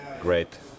great